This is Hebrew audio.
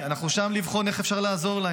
ואנחנו שם לבחון איך אפשר לעזור להם.